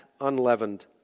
unleavened